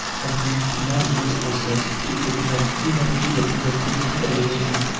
and to utilize those forces, to augment immensely the productivity of a nation.